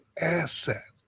asset